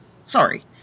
Sorry